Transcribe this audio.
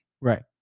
Right